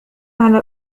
على